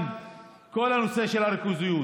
כל הנושא של הריכוזיות